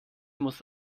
muss